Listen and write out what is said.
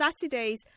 Saturdays